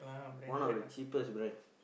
one of the cheapest brand